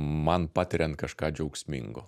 man patiriant kažką džiaugsmingo